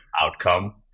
outcome